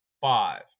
five